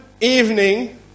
evening